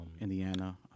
Indiana